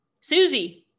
Susie